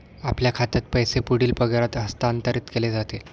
आपल्या खात्यात पैसे पुढील पगारात हस्तांतरित केले जातील